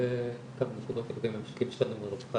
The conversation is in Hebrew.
כמה נקודות לגבי הממשקים שלנו עם הרווחה